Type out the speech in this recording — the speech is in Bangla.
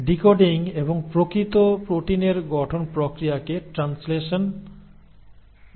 ডিকোডিং এবং প্রকৃত প্রোটিনের গঠন প্রক্রিয়াকে ট্রান্সলেশন বলা হয়